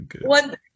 one